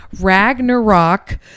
Ragnarok